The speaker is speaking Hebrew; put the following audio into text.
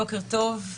בוקר טוב,